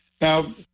Now